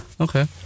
okay